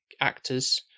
actors